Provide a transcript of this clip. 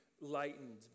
lightened